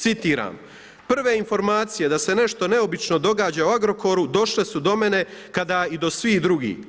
Citiram: „Prve informacije da se nešto neobično događa u Agrokoru došle su do mene kada i do svih drugih.